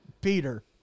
Peter